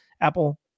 Apple